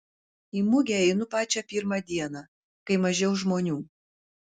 į mugę einu pačią pirmą dieną kai mažiau žmonių